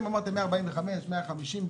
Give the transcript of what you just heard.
אתם אמרתם 145 שקלים, 150 שקלים.